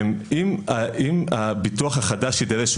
אם הביטוח החדש שיידרש,